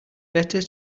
better